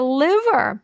liver